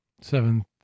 Seven